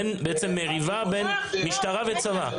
בעצם מריבה בין משטרה וצבא.